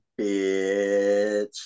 bitch